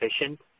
efficient